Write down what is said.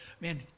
man